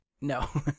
No